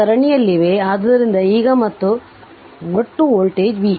ಆದ್ದರಿಂದ ಈಗ ಮತ್ತು ಒಟ್ಟು ವೋಲ್ಟೇಜ್ v